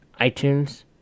iTunes